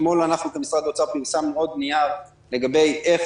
אתמול פרסמנו במשרד האוצר עוד נייר לגבי איך